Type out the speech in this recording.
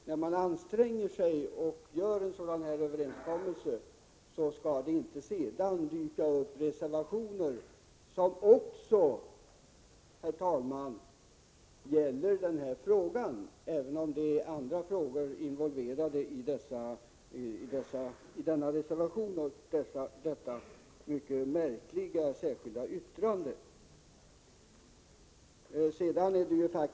När man ansträngt sig och träffat en sådan här överenskommelse tycker jag inte att det sedan skall dyka upp reservationer som gäller samma fråga, även om också andra frågor är involverade i reservationen och i det mycket märkliga särskilda yttrandet.